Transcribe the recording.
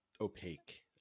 opaque